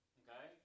okay